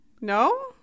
no